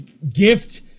Gift